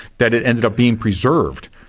that it ended up being preserved.